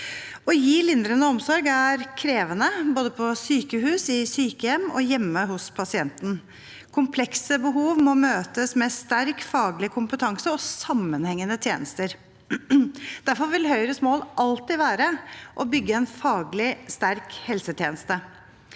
Å gi lindrende omsorg er krevende, både på sykehus, i sykehjem og hjemme hos pasienten. Komplekse behov må møtes med sterk faglig kompetanse og sammenhengende tjenester. Derfor vil Høyres mål alltid være å bygge en faglig sterk helsetjeneste.